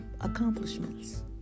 accomplishments